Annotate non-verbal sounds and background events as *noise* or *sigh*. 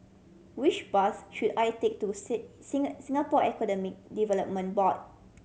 which bus should I take to *unintelligible* Singapore Economy Development Board